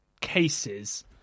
cases